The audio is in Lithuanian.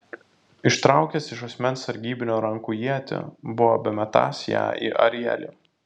ištraukęs iš asmens sargybinio rankų ietį buvo bemetąs ją į arielį